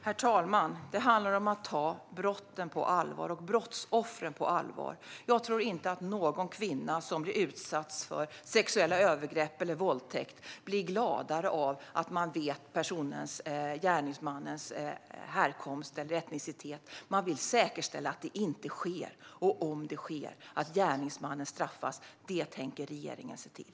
Herr talman! Det handlar om att ta brotten och brottsoffren på allvar. Jag tror inte att någon kvinna som blir utsatt för sexuella övergrepp eller våldtäkt blir gladare över att man vet gärningsmannens härkomst eller etnicitet; man vill säkerställa att det inte sker. Och om det sker ska gärningsmannen straffas. Detta tänker regeringen se till.